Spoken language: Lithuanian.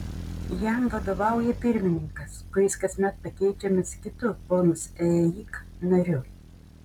jam vadovauja pirmininkas kuris kasmet pakeičiamas kitu bonus eeig nariu